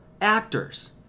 actors